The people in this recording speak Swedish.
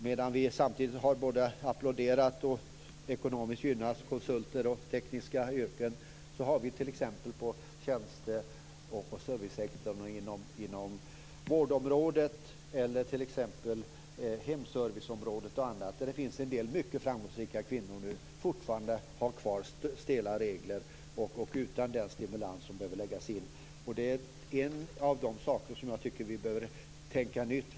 Medan vi både har applåderat och ekonomiskt gynnat konsulter och människor med tekniska yrken har vi t.ex. inom tjänste och servicesektorn och inom vårdområdet - t.ex. hemserviceområdet, där det finns en del mycket framgångsrika kvinnor nu - fortfarande kvar stela regler, och vi är utan den stimulans som behövs. Det är en av de saker som jag tycker att vi behöver tänka nytt om.